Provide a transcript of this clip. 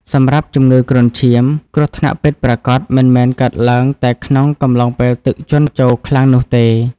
សម្រាប់ជំងឺគ្រុនឈាម គ្រោះថ្នាក់ពិតប្រាកដមិនមែនកើតឡើងតែក្នុងកំឡុងពេលទឹកជន់ជោរខ្លាំងនោះទេ។